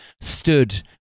stood